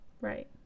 Right